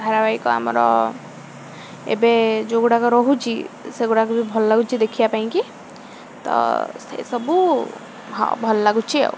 ଧାରାବାହିକ ଆମର ଏବେ ଯେଉଁଗୁଡ଼ାକ ରହୁଛି ସେଗୁଡ଼ାକ ବି ଭଲ ଲାଗୁଛି ଦେଖିବା ପାଇଁକି ତ ସେସବୁ ହଁ ଭଲ ଲାଗୁଛି ଆଉ